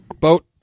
Boat